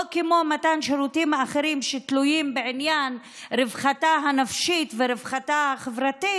כמו מתן שירותים אחרים שתלויים בעניין רווחתה הנפשית ורווחתה החברתית,